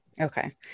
Okay